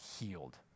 healed